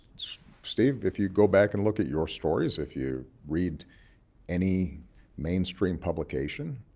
steve, if you go back and look at your stories, if you read any mainstream publication,